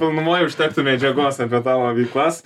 pilnumoj užtektų medžiagos apie tavo veiklas